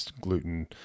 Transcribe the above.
gluten